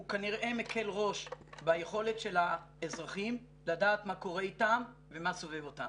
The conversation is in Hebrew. הוא כנראה מקל ראש ביכולת של האזרחים לדעת מה קורה איתם ומה סובב אותם.